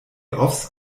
offs